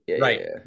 Right